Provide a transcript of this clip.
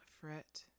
fret